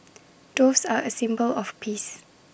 doves are A symbol of peace